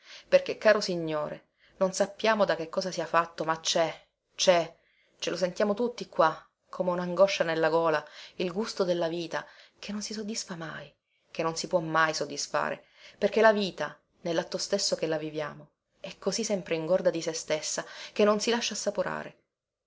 perché caro signore non sappiamo da che cosa sia fatto ma cè cè ce lo sentiamo tutti qua come unangoscia nella gola il gusto della vita che non si soddisfa mai che non si può mai soddisfare perché la vita nellatto stesso che la viviamo è così sempre ingorda di sé stessa che non si lascia assaporare